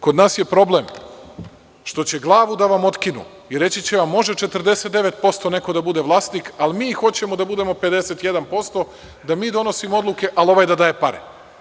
Kod nas je problem što će glavu da vam otkinu i reći će vam – može 49% neko da bude vlasnik, ali mi hoćemo da budemo 51%, da mi donosimo odluke, ali ovaj da daje pare.